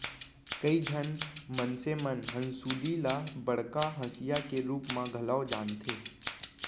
कइ झन मनसे मन हंसुली ल बड़का हँसिया के रूप म घलौ जानथें